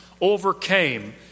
overcame